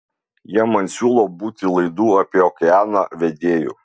jie man siūlo būti laidų apie okeaną vedėju